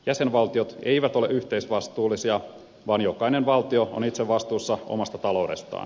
jäsenvaltiot eivät ole yhteisvastuullisia vaan jokainen valtio on itse vastuussa omasta taloudestaan